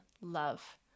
love